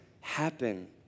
happen